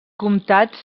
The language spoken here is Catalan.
comtats